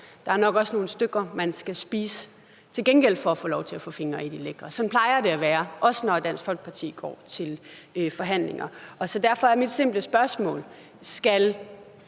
der er nok også nogle stykker, man skal spise til gengæld for at få lov til at få fingre i de lækre. Sådan plejer det at være, også når Dansk Folkeparti går til forhandlinger. Derfor er mit simple spørgsmål: Skal